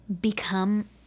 become